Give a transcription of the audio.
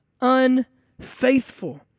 unfaithful